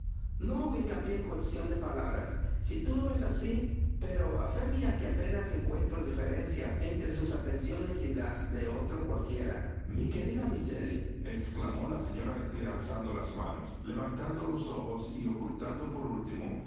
en cuestión de palabras si tú lo ves así pero a fe mía que apenas encuentro diferencia entre sus atenciones y las de otro cualquiera mi querida miss elliot exclamó la señora de clay alzando las manos levantando los ojos y ocultando por último